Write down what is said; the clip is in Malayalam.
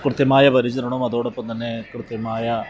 കൃത്യമായ പരിചരണവും അതോടൊപ്പം തന്നെ കൃത്യമായ